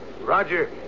roger